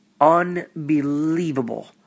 unbelievable